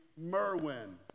Merwin